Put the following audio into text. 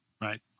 Right